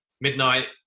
midnight